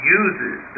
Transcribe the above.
uses